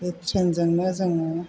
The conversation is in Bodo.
बे ट्रेनजोंनो जोङो